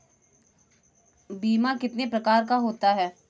बीमा कितने प्रकार का होता है?